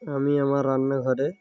আমি আমার রান্নাঘরে